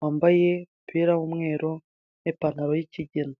wambaye umupira w'umweru n'ipantaro y'ikigina.